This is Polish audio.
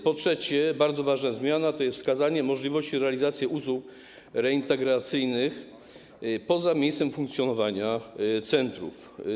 Po trzecie, bardzo ważna zmiana, to wskazanie możliwości realizacji usług reintegracyjnych poza miejscem funkcjonowania centrów.